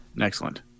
Excellent